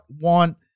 want